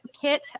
kit